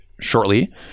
shortly